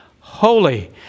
holy